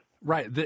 Right